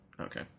Okay